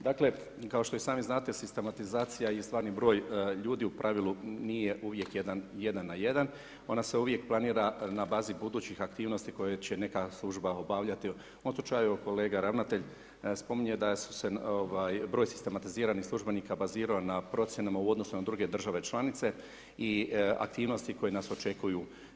Dakle, kao što i sami znate sistematizacija i stvarni broj ljudi u pravilu nije uvijek jedan na jedan, ona se uvijek planira na bazi budućih aktivnosti koje će neka služba obavljati, u ovom slučaju kolega ravnatelj spominje da su se, ovaj da se broj sistematiziranih službenika bazirao na procjenama u odnosu na druge države članice i aktivnosti koje nas očekuju.